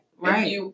Right